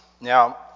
Now